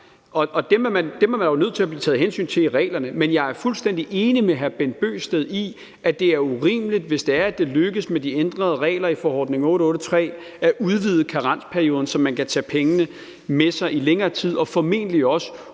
Dem er der jo nødt til at blive taget hensyn til i reglerne. Men jeg er fuldstændig enig med hr. Bent Bøgsted i, at det er urimeligt, hvis det er, at det lykkes med de ændrede regler i forordning 883 at udvide karensperioden, så man kan tage pengene med sig i længere tid og formentlig også